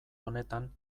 honetan